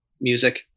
music